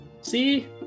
See